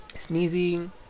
sneezing